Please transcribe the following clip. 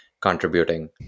contributing